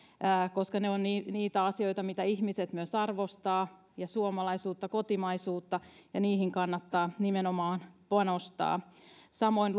koska ne ovat niitä asioita mitä ihmiset myös arvostavat suomalaisuutta kotimaisuutta niihin kannattaa nimenomaan panostaa samoin